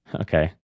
Okay